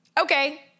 okay